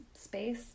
space